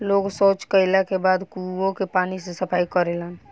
लोग सॉच कैला के बाद कुओं के पानी से सफाई करेलन